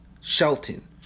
Shelton